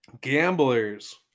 Gamblers